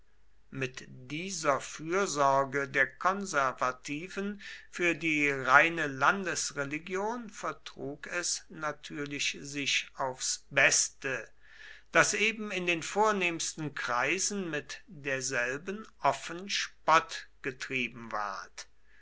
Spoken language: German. mit dieser fürsorge der konservativen für die reine landesreligion vertrug es natürlich sich aufs beste daß eben in den vornehmsten kreisen mit derselben offen spott getrieben ward